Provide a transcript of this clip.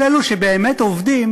כל אלו שבאמת עובדים